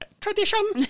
Tradition